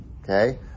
Okay